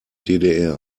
ddr